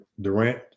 Durant